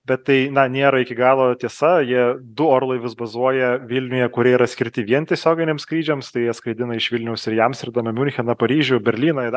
bet tai nėra iki galo tiesa jie du orlaivius bazuoja vilniuje kurie yra skirti vien tiesioginiams skrydžiams tai jie skraidina iš vilniaus ir į amsterdamą miuncheną paryžių berlyną ir dar